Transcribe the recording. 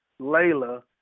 Layla